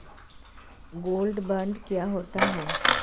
Gold bond क्या होता है?